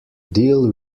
deal